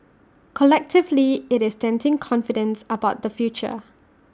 collectively IT is denting confidence about the future